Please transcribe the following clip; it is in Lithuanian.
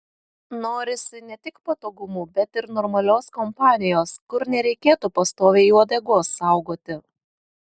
norisi ne tik patogumų bet ir normalios kompanijos kur nereikėtų pastoviai uodegos saugoti